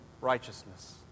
righteousness